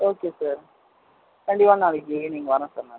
okay sir கண்டிப்பாக நாளைக்கு evening வரேன் சார் நான்